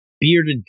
bearded